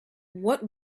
what